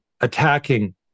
attacking